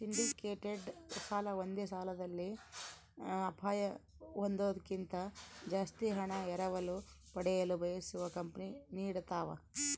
syndicated ಸಾಲ ಒಂದೇ ಸಾಲದಲ್ಲಿ ಅಪಾಯ ಹೊಂದೋದ್ಕಿಂತ ಜಾಸ್ತಿ ಹಣ ಎರವಲು ಪಡೆಯಲು ಬಯಸುವ ಕಂಪನಿ ನೀಡತವ